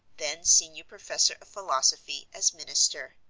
then senior professor of philosophy, as minister.